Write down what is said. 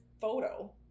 photo